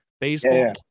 Baseball